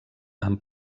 amb